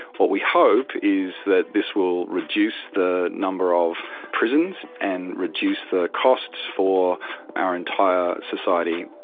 what we hope is that this will reduce the number of prisons and reduce the costs for our entire society.